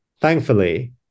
Thankfully